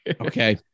Okay